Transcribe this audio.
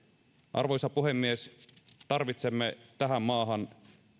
arvoisa puhemies tarvitsemme tähän maahan